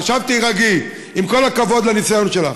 עכשיו תירגעי, עם כל הכבוד לניסיון שלך.